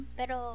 pero